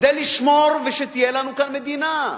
כדי לשמור שתהיה לנו כאן מדינה.